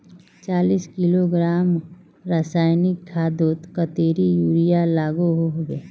चालीस किलोग्राम रासायनिक खादोत कतेरी यूरिया लागोहो होबे?